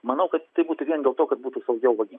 manau kad tai būtų vien dėl to kad būtų saugiau vagim